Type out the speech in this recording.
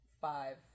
five